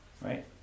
Right